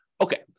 Okay